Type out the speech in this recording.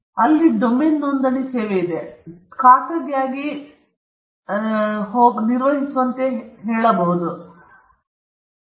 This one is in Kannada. ಅಲ್ಲಿ ಒಂದು ಡೊಮೇನ್ ನೋಂದಣಿ ಸೇವೆ ಇದೆ ಅಲ್ಲಿ ನೀವು ಖಾಸಗಿಯಾಗಿ ಗೋಡಾಡ್ಡಿ ನಿರ್ವಹಿಸುವಂತೆ ಹೋಗಬಹುದು ನೀವು ಹೆಸರನ್ನು ನವೀಕರಿಸುವವರೆಗೆ ನೀವು ಅದನ್ನು ಪಡೆಯಬಹುದು ನೀವು ಅದನ್ನು ಹೊಂದಬಹುದು